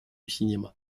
cinéma